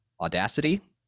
Audacity